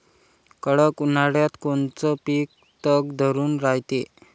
कडक उन्हाळ्यात कोनचं पिकं तग धरून रायते?